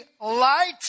light